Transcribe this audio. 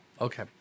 Okay